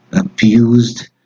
abused